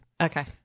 Okay